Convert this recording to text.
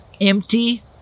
empty